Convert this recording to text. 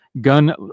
gun